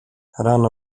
rano